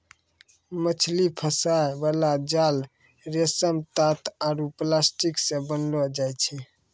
मछली फसाय बाला जाल रेशम, तात आरु प्लास्टिक से बनैलो हुवै छै